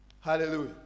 Hallelujah